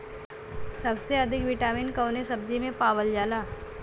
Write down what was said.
सबसे अधिक विटामिन कवने सब्जी में पावल जाला?